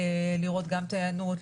לראות את ההיענות,